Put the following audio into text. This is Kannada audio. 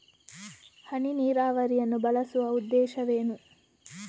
ಹನಿ ನೀರಾವರಿಯನ್ನು ಬಳಸುವ ಉದ್ದೇಶವೇನು?